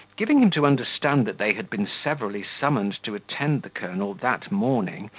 giving him to understand that they had been severally summoned to attend the colonel that morning,